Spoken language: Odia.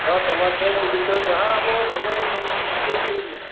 ହଁ ଟମାଟୋ ସସ୍ ଚିଲି ସସ୍ ଯାହା ଆପଣଙ୍କୁ ଭଲ ସବୁ ଲାଗିବ ସେମିତି ଦିଅନ୍ତୁ